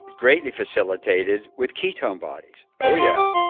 greatly facilitated with ketone bodies oh yeah.